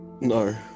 No